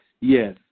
Yes